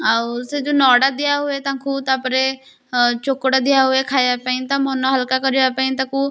ଆଉ ସେ ଯେଉଁ ନଡ଼ା ଦିଆ ହୁଏ ତାଙ୍କୁ ତାପରେ ଚୋକଡ଼ ଦିଆ ହୁଏ ଖାଇବା ପାଇଁ ତା ମନ ହାଲ୍କା କରିବା ପାଇଁ ତାକୁ